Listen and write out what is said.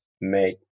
make